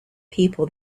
people